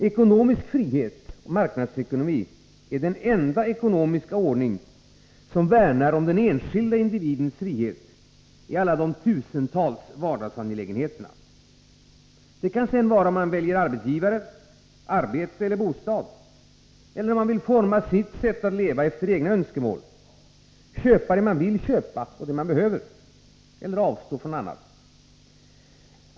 Ekonomisk frihet — marknadsekonomi — är den enda ekonomiska ordning som värnar om den enskilda individens frihet i alla de tusentals vardagsangelägenheterna. Det må vara att välja arbetsgivare, arbete eller bostad eller att forma sitt sätt att leva efter egna önskemål, att köpa det man vill köpa och det man behöver och avstå från annat.